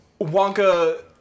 Wonka